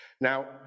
now